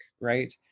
right